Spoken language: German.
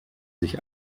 sich